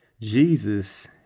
Jesus